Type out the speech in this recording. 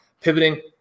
pivoting